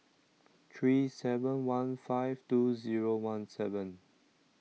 three seven one five two zero one seven